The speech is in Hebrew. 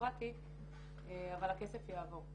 בירוקראטי אבל הכסף יעבור.